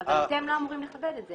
--- אבל אתם לא אמורים לכבד את זה